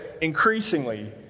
increasingly